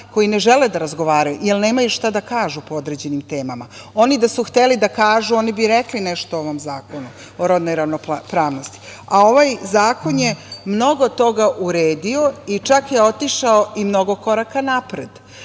koji ne žele da razgovaraju, jer nemaju šta da kažu po određenim temama. Oni da su hteli da kažu, oni bi rekli nešto o ovom Zakonu o rodnoj ravnopravnosti. A ovaj zakon je mnogo toga uredio i čak je otišao i mnogo koraka napred. Ja